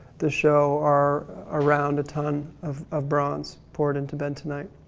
the show are around a ton of, of bronze poured into bentonite.